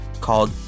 called